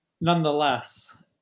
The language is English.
nonetheless